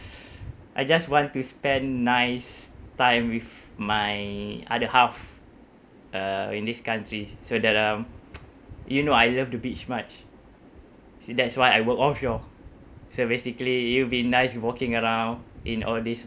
I just want to spend nice time with my other half uh in this country so that um you know I love the beach much see that's why I work offshore so basically it'll be nice walking around in all this